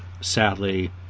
sadly